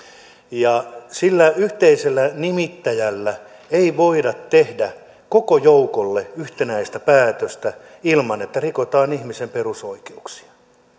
ja sillä yhteisellä nimittäjällä ei voida tehdä koko joukolle yhtenäistä päätöstä ilman että rikotaan ihmisen perusoikeuksia